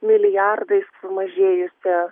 milijardais sumažėjusią